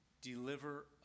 Deliver